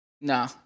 No